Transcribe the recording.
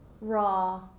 raw